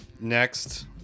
Next